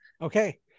Okay